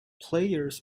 players